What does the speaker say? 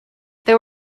there